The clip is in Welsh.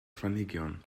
planhigion